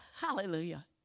Hallelujah